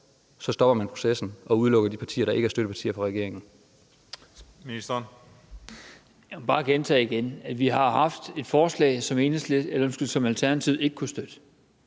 så stopper man processen og udelukker de partier, der ikke er støttepartier for regeringen.